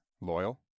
Loyal